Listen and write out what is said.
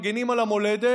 מגינים על המולדת,